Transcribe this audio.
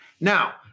Now